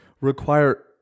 require